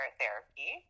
therapy